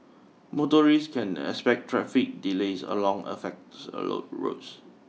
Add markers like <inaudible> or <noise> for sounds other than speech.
motorists can expect traffic delays along affects <unintelligible> roads